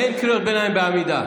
אין קריאות ביניים בעמידה.